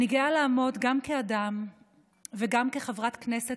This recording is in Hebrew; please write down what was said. אני גאה לעמוד גם כאדם וגם כחברת כנסת